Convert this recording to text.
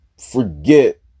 forget